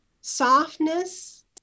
softness